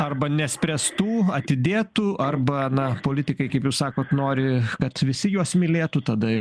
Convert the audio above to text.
arba nespręstų atidėtų arba na politikai kaip jūs sakot nori kad visi juos mylėtų tada